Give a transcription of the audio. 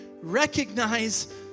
recognize